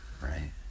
right